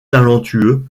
talentueux